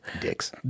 Dicks